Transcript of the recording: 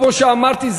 כמו שאמרתי,